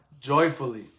joyfully